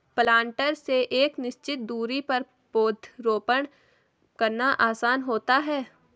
planter से एक निश्चित दुरी पर पौधरोपण करना आसान होता है